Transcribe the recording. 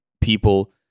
people